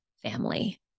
family